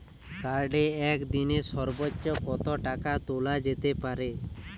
কার্ডে একদিনে সর্বোচ্চ কত টাকা তোলা যেতে পারে?